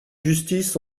justice